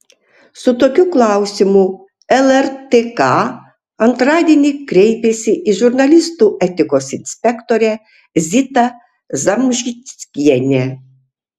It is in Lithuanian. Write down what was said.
su tokiu klausimu lrtk antradienį kreipėsi į žurnalistų etikos inspektorę zitą zamžickienę